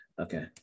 Okay